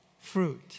Fruit